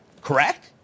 Correct